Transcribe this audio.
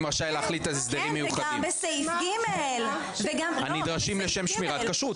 רשאי להחליט על הסדרים מיוחדים הנדרשים לשם שמירת כשרות.